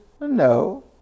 No